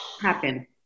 happen